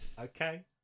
Okay